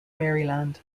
maryland